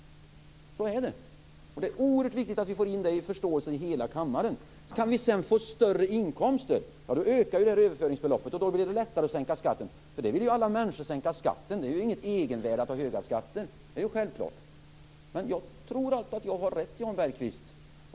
Så är det. Det är oerhört viktigt att vi får in den förståelsen i hela kammaren. Kan vi sedan få större inkomster ökar överföringsbeloppet, och då blir det lättare att sänka skatten. Alla människor vill ju sänka skatten. Det är inget egenvärde att ha höga skatter. Det är självklart. Men jag tror allt att jag har rätt, Jan Bergqvist.